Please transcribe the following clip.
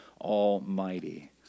Almighty